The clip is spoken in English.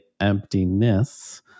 emptiness